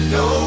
no